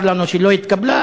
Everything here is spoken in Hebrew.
צר לנו שהיא לא התקבלה.